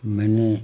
मैंने